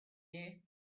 you